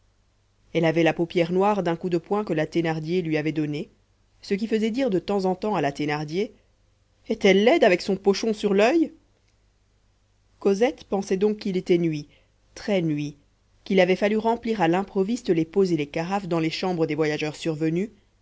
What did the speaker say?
elle avait la paupière noire d'un coup de poing que la thénardier lui avait donné ce qui faisait dire de temps en temps à la thénardier est-elle laide avec son pochon sur l'oeil cosette pensait donc qu'il était nuit très nuit qu'il avait fallu remplir à l'improviste les pots et les carafes dans les chambres des voyageurs survenus